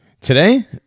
Today